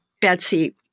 Betsy